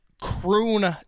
Croon